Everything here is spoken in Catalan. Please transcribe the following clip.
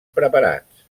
preparats